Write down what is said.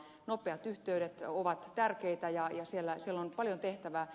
nopeat yhteydet ovat tärkeitä ja siellä on paljon tehtävää